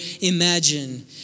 imagine